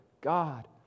God